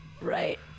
right